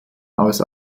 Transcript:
aus